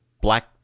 black